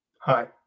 Hi